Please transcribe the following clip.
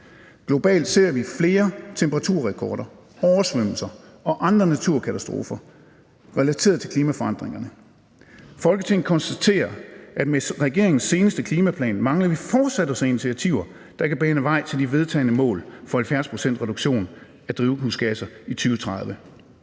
Globalt ser vi flere temperaturrekorder, oversvømmelser og andre naturkatastrofer relateret til klimaforandringerne. Folketinget konstaterer, at med regeringens seneste klimaplan mangler vi fortsat at se initiativer, der kan bane vej til de vedtagne mål for 70 pct. reduktion af drivhusgasser i 2030.